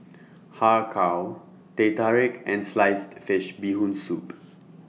Har Kow Teh Tarik and Sliced Fish Bee Hoon Soup